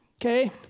Okay